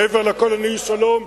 מעבר לכול אני איש שלום,